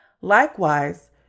Likewise